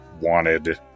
wanted